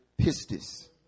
pistis